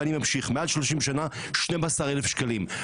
ואני ממשיך: מעל 30 שנה 12,000 שקלים.